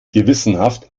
gewissenhaft